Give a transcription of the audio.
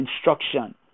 instruction